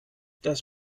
das